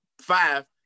five